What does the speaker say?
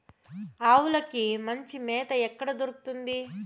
ఆవులకి మంచి మేత ఎక్కడ దొరుకుతుంది?